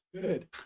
Good